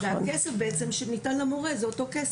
הכסף שניתן למורה הוא בעצם אותו כסף,